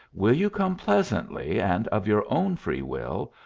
will you come pleasantly and of your own free will,